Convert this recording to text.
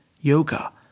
yoga